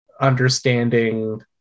understanding